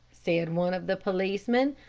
said one of the policemen,